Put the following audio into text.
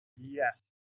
Yes